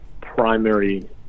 primary